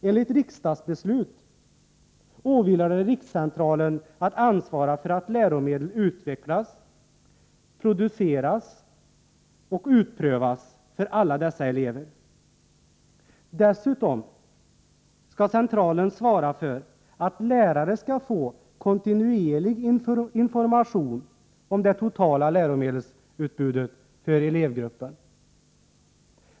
Enligt riksdagsbeslut åvilar det rikscentralen att ansvara för att läromedel utvecklas, produceras och utprövas för alla dessa elever. Dessutom skall centralen svara för att lärare får kontinuerlig information om det totala läromedelsutbudet för elevgruppen.